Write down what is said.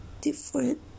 different